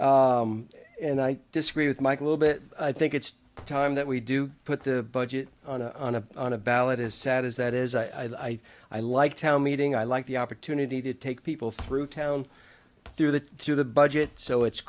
size and i disagree with mike little bit i think it's time that we do put the budget on a on a on a ballot is sad is that is i i like town meeting i like the opportunity to take people through town through the through the budget so it's